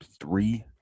three